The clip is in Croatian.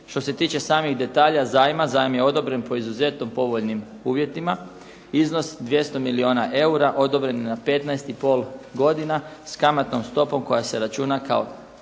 Što se tiče samih detalja zajma, zajam je odobren po izuzetno povoljnim uvjetima. Iznos 200 milijuna eura odobren je na 15,5 godina s kamatnom stopom koja se računa kao